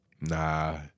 Nah